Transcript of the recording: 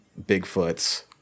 Bigfoots